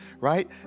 right